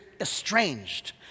estranged